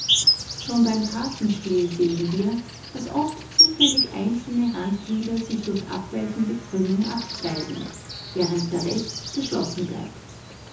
schon beim kartenspiel sehen wir daß oft zufällig einzelne randglieder sich durch abweichende krümmung abzweigen während der rest geschlossen bleibt